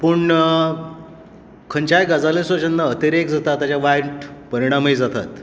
पूण खंयच्याय गजालीचो जेन्ना अतिरेक जाता ताजे वायट परिणामूय जातात